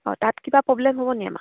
অঁ তাত কিবা প্ৰ'ব্লেম হ'বনেকি আমাক